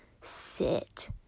sit